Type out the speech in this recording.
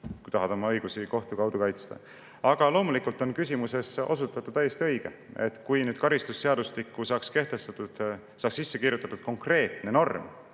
kui tahad oma õigusi kohtu kaudu kaitsta. Aga loomulikult on küsimuses osutatu täiesti õige. Kui karistusseadustikku saaks nüüd sisse kirjutatud konkreetne norm,